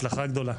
הצלחה גדולה.